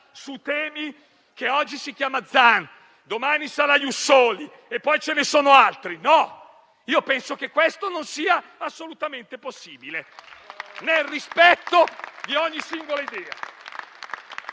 su temi che oggi si chiamano Zan, domani sarà lo *ius soli* e poi ce ne saranno altri? No, penso che questo non sia assolutamente possibile, nel rispetto di ogni singola idea.